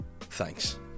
Thanks